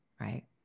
right